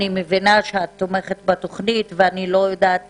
אני מבינה שאת תומכת בתוכנית, ואני לא יודעת